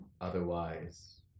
Otherwise